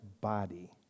body